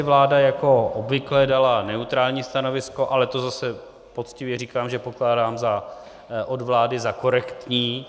Vláda jako obvykle dala neutrální stanovisko, ale to zase poctivě říkám, že pokládám od vlády za korektní.